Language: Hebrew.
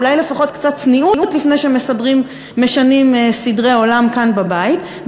אולי לפחות קצת צניעות לפני שמשנים סדרי עולם כאן בבית,